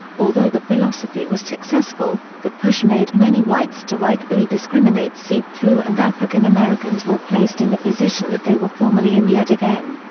although the philosophy was successful, the push made many whites to rightfully discriminate seeped through and african americans were placed in the position that they were formally in yet again.